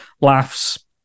Laughs